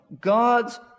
God's